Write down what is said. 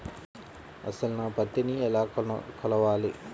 అసలు నా పత్తిని ఎలా కొలవాలి?